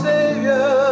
Savior